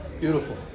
Beautiful